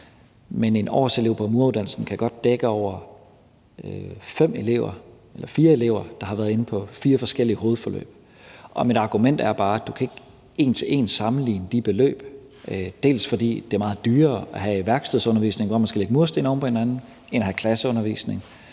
Men en årselev på mureruddannelsen kan godt dække over fire elever, der har været inde på fire forskellige hovedforløb, og mit argument er bare, at du ikke en til en kan sammenligne de beløb, både fordi det er meget dyrere at have værkstedsundervisning, hvor man skal lægge mursten oven på hinanden, end at have klasseundervisning,